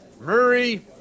Murray